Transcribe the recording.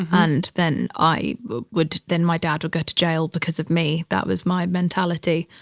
and then i would, then my dad would go to jail because of me. that was my mentality.